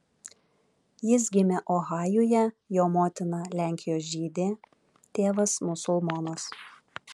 jis gimė ohajuje jo motina lenkijos žydė tėvas musulmonas